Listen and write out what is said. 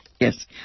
Yes